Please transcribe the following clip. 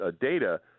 data